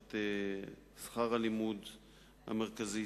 במערכת שכר הלימוד המרכזית,